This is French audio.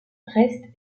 reste